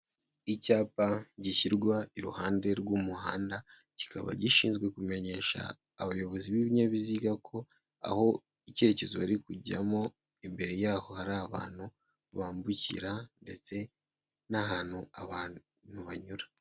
Icyapa gishyirwa iruhande rw'umuhanda, kikaba gishinzwe kumenyesha abayobozi b'ibinyabiziga ko aho icyerekezo bari kujyamo imbere y'aho hari abantu bambukira ndetse n'ahantu abantu banyura.